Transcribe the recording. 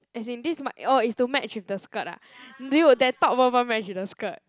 as in this what orh is to match with the skirt ah dude that top won't even match with the skirt